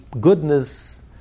goodness